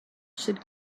should